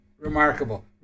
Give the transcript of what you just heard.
Remarkable